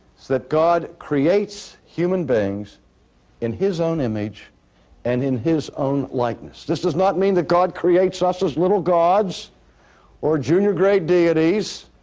that god creates human beings in his own image and in his own likeness. this does not mean that god creates us as little gods or junior grade deities.